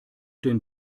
den